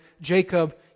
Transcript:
Jacob